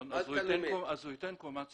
הוא ייתן קומה ציבורית,